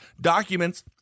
documents